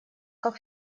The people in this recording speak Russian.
как